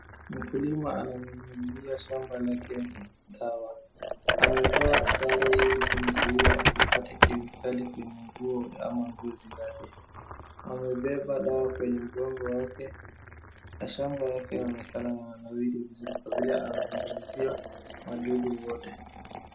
Mkulimaji alitumia njia ya usafi na dawa za kemikali, akihakikisha haziingii kwenye chakula au mazingira, na kushughulikia usafi wa shamba na familia yake.